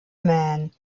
man